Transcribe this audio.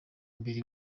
mbere